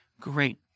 Great